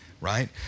right